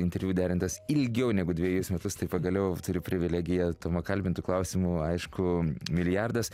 interviu derintas ilgiau negu dvejus metus tai pagaliau turiu privilegiją tomą kalbinti klausimų aišku milijardas